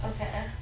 Okay